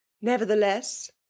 nevertheless